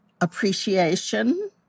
appreciation